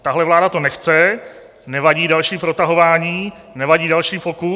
Tahle vláda to nechce, nevadí jí další protahování, nevadí jí delší fokus.